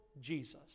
Jesus